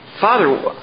Father